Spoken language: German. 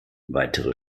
weitere